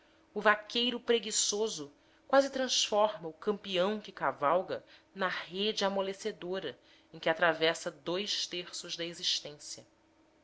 o vaqueiro preguiçoso quase transforma o campeão que cavalga na rede amolecedora em que atravessa dous terços da existência